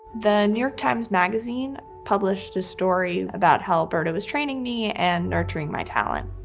the new york times magazine published a story about how alberto was training me and nurturing my talent.